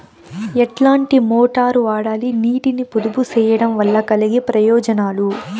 ఎట్లాంటి మోటారు వాడాలి, నీటిని పొదుపు సేయడం వల్ల కలిగే ప్రయోజనాలు?